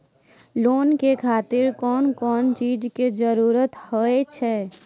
Loan के खातिर कौन कौन चीज के जरूरत हाव है?